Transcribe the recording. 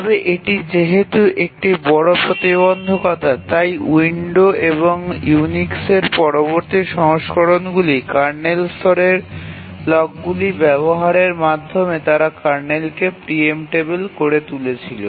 তবে এটি যেহেতু একটি বড় প্রতিবন্ধকতা তাই উইন্ডো এবং ইউনিক্সের পরবর্তী সংস্করণগুলি কার্নেল স্তরের লকগুলি ব্যবহারের মাধ্যমে তারা কার্নেলকে প্রিএম্পটেবিল করে তুলেছিল